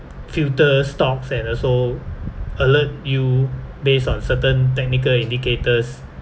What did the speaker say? filter stocks and also alert you based on certain technical indicators